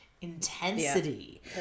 intensity